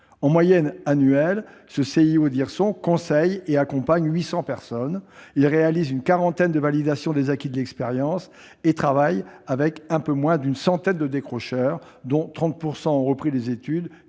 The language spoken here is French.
En moyenne annuelle, ce CIO d'Hirson conseille et accompagne 800 personnes. Il réalise une quarantaine de validations des acquis de l'expérience et travaille avec un peu moins d'une centaine de décrocheurs, dont 30 % ont repris des études,